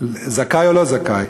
זכאי או לא זכאי,